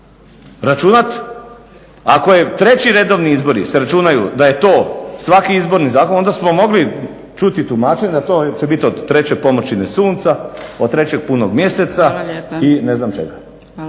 računati ako je treći redovni izbori se računaju da je to svaki izborni zakon onda smo mogli čuti i tumačenje da to će biti od treće pomrčine sunca, od trećeg punog mjeseca i ne znam čega.